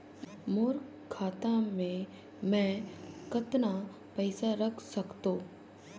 मोर खाता मे मै कतना पइसा रख सख्तो?